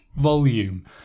Volume